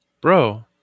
bro